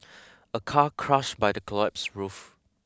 a car crushed by the collapsed roof